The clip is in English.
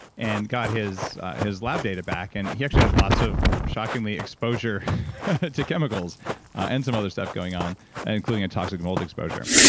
and got his his lab data back and he actually had lots of shockingly exposure to chemicals and some other stuff going on including a toxic mold exposure.